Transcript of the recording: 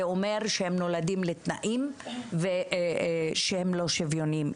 זה אומר שהם נולדים לתנאים שהם לא שוויוניים,